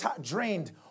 drained